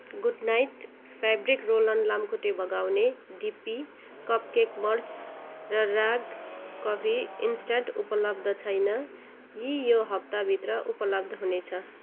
good Knight fabric roll on लाम्खुट्टे भगाउने DP cupcake moulds र राग कफी इन्स्ट्यान्ट हाल उपलब्ध छैनन् यी यो हप्ताभित्र उपलब्ध हुनेछ